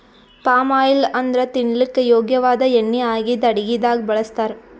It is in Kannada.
ಪಾಮ್ ಆಯಿಲ್ ಅಂದ್ರ ತಿನಲಕ್ಕ್ ಯೋಗ್ಯ ವಾದ್ ಎಣ್ಣಿ ಆಗಿದ್ದ್ ಅಡಗಿದಾಗ್ ಬಳಸ್ತಾರ್